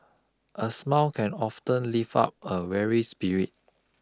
a smile can often lift up a weary spirit